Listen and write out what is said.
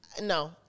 No